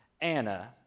Anna